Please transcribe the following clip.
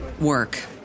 work